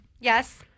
Yes